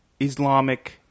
islamic